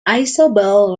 isobel